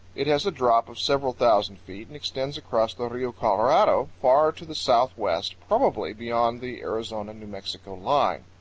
it has a drop of several thousand feet and extends across the rio colorado far to the southwest, probably beyond the arizona-new mexico line.